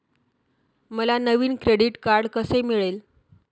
मला नवीन credit card कसे मिळेल?